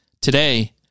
Today